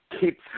keep